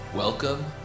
Welcome